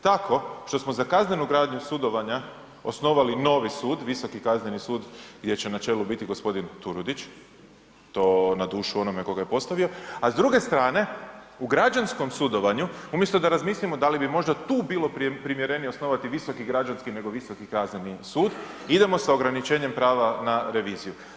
Tako što smo za kaznenu gradnju sudovanja osnovali novi sud, Visoki kazneni sud gdje će na čelu biti gospodin Turudić, to na dušu onome tko ga je postavio, a s druge strane u građanskom sudovanju umjesto da razmislimo da li bi možda tu bilo primjerenije osnovati Visoki građanski, nego Visoki kazneni sud, idemo sa ograničenjem prava na reviziju.